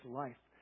life